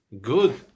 good